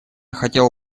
хотело